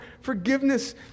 forgiveness